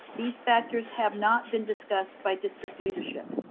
these factors have not been discussed by district leadership.